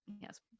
Yes